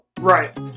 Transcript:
Right